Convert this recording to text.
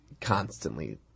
constantly